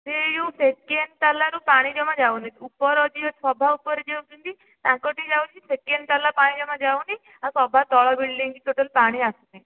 ସେ ଯେଉଁ ସେକେଣ୍ଡ ତାଲାରୁ ପାଣି ଜମା ଯାଉନି ଉପର ଯିଏ ସଭା ଉପରେ ଯିଏ ରହୁଛନ୍ତି ତାଙ୍କଠି ଯାଉଛି ସେକେଣ୍ଡ ତାଲା ପାଣି ଜମା ଯାଉନି ଆଉ ସଭା ତଳ ବିଲଡିଂକୁ ଟୋଟାଲ୍ ପାଣି ଆସୁନି